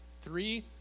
three